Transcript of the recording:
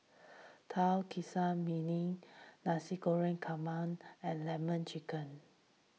Tauge Ikan Masin Nasi Goreng Kampung and Lemon Chicken